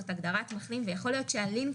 זאת הגדרת מחלים ויכול להיות שהלינק